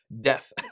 Death